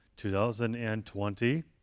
2020